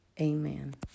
amen